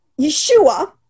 Yeshua